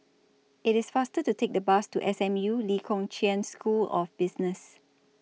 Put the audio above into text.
IT IS faster to Take The Bus to S M U Lee Kong Chian School of Business